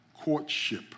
courtship